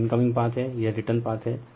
यह incoming path है यह रिटर्न पाथ है